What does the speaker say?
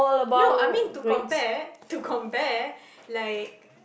no I mean to compare to compare like